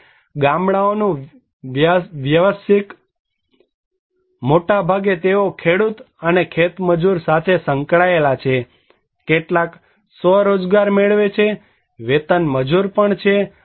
હવે ગામડાઓનું વ્યવસાયિક વિતરણ મોટાભાગે તેઓ ખેડૂત અને ખેત મજૂરી સાથે સંકળાયેલા છે કેટલાક સ્વરોજગાર મેળવે છે વેતન મજૂર પણ છે